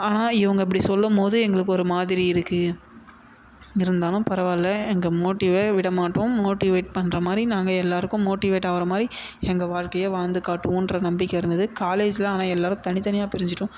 ஆனால் இவங்க இப்படி சொல்லும் போது எங்களுக்கு ஒரு மாதிரி இருக்குது இருந்தாலும் பரவாயில்ல எங்கள் மோட்டிவை விட மாட்டோம் மோட்டிவேட் பண்ணுற மாதிரி நாங்கள் எல்லோருக்கும் மோட்டிவேட் ஆகிற மாதிரி எங்கள் வாழ்க்கையை வாழ்ந்து காட்டுவோம்ன்ற நம்பிக்கை இருந்தது காலேஜில் ஆனால் எல்லோரும் தனித் தனியாக பிரிஞ்சுட்டோம்